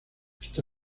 está